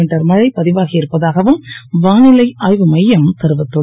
metre மழை பதிவாகி இருப்பதாகவும் வானிலை ஆய்வு மையம் தெரிவித்துள்ளது